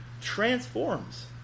transforms